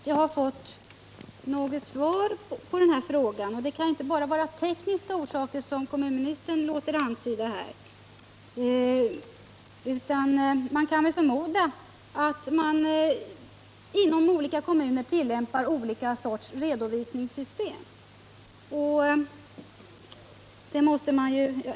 Herr talman! Jag tycker ändå inte att jag har fått något svar på min fråga. Det kan inte bara, som kommunministern låter antyda här, vara tekniska orsaker till skillnaderna. Det kan väl förmodas att det inom olika kommuner tillämpas skilda typer av redovisningssystem.